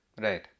Right